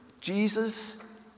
Jesus